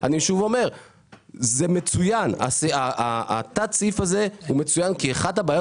אני שוב אומר שתת הסעיף הזה הוא מצוין כי אחת הבעיות